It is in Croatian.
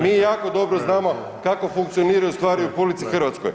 Mi jako dobro znamo kako funkcioniraju stvari u RH.